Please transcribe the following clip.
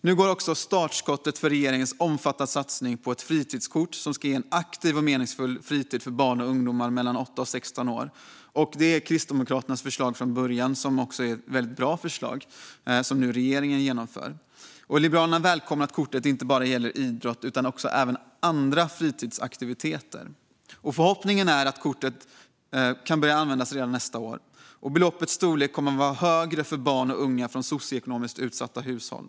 Nu går också startskottet för regeringens omfattande satsning på ett fritidskort som ska ge en aktiv och meningsfull fritid för barn och unga mellan 8 och 16 år. Det är Kristdemokraternas förslag från början. Det är ett väldigt bra förslag, som regeringen nu genomför. Liberalerna välkomnar att kortet inte bara gäller idrott utan även andra fritidsaktiviteter. Förhoppningen är att kortet kan börja användas redan nästan år. Beloppets storlek kommer att vara högre för barn och unga från socioekonomiskt utsatta hushåll.